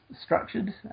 structured